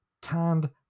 Tanned